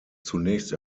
zunächst